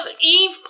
Eve